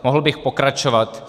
Mohl bych pokračovat.